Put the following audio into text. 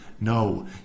no